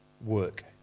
work